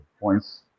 points